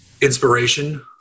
inspiration